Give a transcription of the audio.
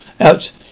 Out